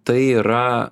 tai yra